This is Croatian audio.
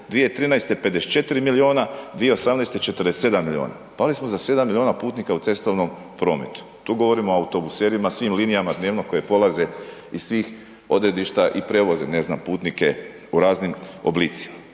2013. 54 milijuna, 2018. 47 milijuna, pali smo za 7 milijuna putnika u cestovnom prometu, tu govorimo o autobuserima, svim linijama dnevno koje polaze iz svih odredišta i prevoze, ne znam, putnike u raznim oblicima.